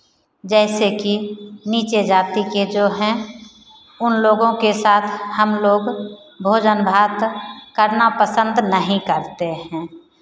जैसे कि नीचे जाति के जो हैं उन लोगों के साथ हम लोग भोजन भात करना पसंद नहीं करते हैं